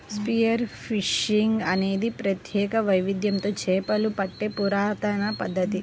spear fishing అనేది ప్రత్యేక వైవిధ్యంతో చేపలు పట్టే పురాతన పద్ధతి